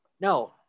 No